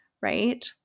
right